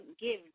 Give